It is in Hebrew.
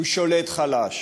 הוא שליט חלש.